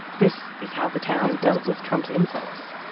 this is how the town dealt with trump's insults,